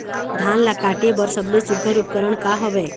धान ला काटे बर सबले सुघ्घर उपकरण का हवए?